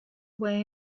away